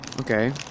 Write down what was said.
Okay